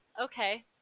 okay